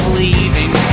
leaving